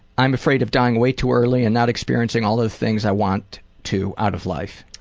i'm afraid of dying way too early and not experiencing all the things i want to out of life.